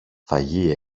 φαγί